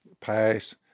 pass